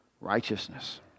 righteousness